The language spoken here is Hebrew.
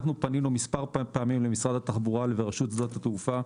פנינו מספר פעמים למשרד התחבורה ולרשות שדות התעופה,